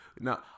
Now